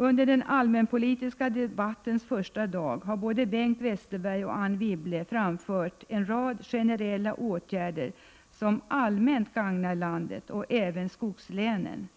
Under den allmänpolitiska debattens första dag har både Bengt Westerberg och Anne Wibble framfört en rad generella åtgärder som allmänt gagnar landet, även skogslänens inland,